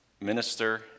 minister